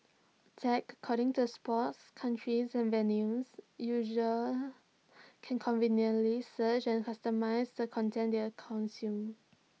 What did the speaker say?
tagged according to sports countries and venues users can conveniently search and customise the content their consume